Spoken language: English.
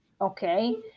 Okay